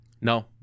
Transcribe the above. no